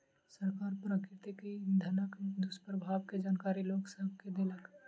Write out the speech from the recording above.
सरकार प्राकृतिक इंधनक दुष्प्रभाव के जानकारी लोक सभ के देलक